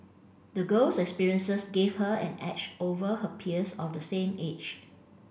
the girl's experiences gave her an edge over her peers of the same age